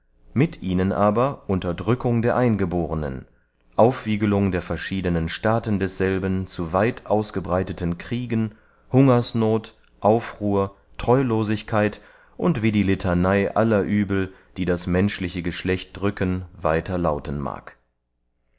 mit ihnen aber unterdrückung der eingebohrnen aufwiegelung der verschiedenen staaten desselben zu weit ausgebreiteten kriegen hungersnoth aufruhr treulosigkeit und wie die litaney aller uebel die das menschliche geschlecht drücken weiter lauten mag